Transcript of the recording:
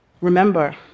Remember